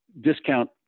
discount